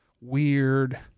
weird